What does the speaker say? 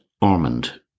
Ormond